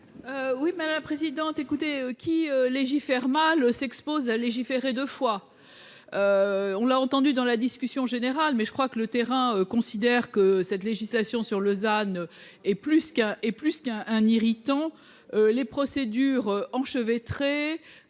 Oui madame la présidente. Qui légifère mal s'expose à légiférer deux fois. On l'a entendu dans la discussion générale mais je crois. Le terrain considère que cette législation sur Lausanne et plus qu'un et plus qu'un, un irritant les procédures enchevêtrés.